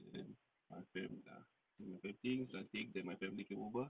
then my friend err so my vetting nothing then my family came over